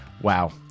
Wow